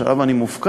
שעליו אני מופקד,